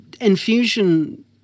Infusion